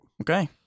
Okay